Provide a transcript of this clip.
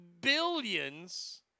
billions